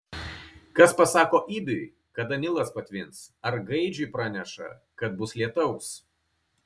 kas pasako ibiui kada nilas patvins ar gaidžiui praneša kad bus lietaus